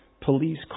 police